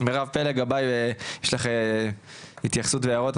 מירב פלג גבאי, יש לך התייחסות והערות?